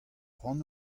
cʼhoant